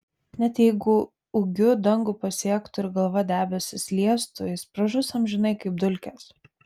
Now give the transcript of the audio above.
net jeigu ūgiu dangų pasiektų ir galva debesis liestų jis pražus amžinai kaip dulkės